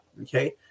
okay